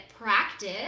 practice